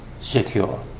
secure